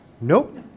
Nope